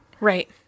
Right